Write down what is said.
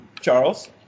Charles